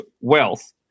wealth